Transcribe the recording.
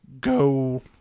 go